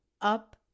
up